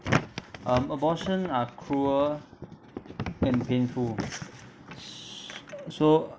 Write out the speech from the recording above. um abortion are cruel and painful so